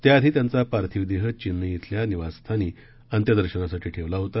त्याआधी त्यांचा पार्थिव देह चेन्नई शिल्या निवासस्थानी अंत्यदर्शनासाठी ठेवला होता